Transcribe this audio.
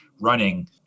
running